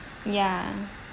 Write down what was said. ya